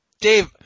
Dave